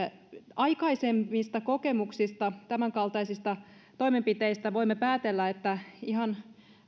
aikaisemmista kokemuksista tämänkaltaisista toimenpiteistä voimme päätellä että ihan